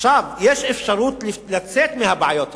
עכשיו יש אפשרות לצאת מהבעיות האלה,